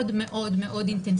גם אפשר להגיד למה שנתיים